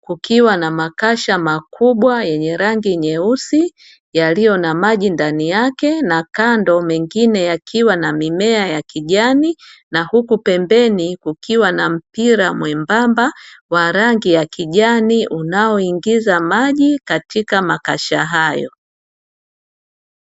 kukiwa na makasha makubwa yenye rangi nyeusi yaliyo na maji ndani yake na kando mengine yakiwa na mimea ya kijani na huku pembeni kukiwa na mpira mwembamba wa rangi ya kijani unaoingiza maji katika makasha hayo.